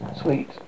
sweet